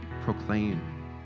proclaim